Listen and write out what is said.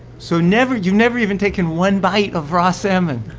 so never you've never even taken one bite of raw salmon?